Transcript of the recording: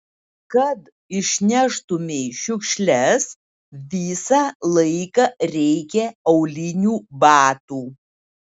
kad išneštumei šiukšles visą laiką reikia aulinių batų